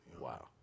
Wow